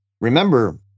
remember